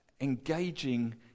engaging